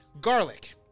Garlic